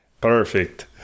Perfect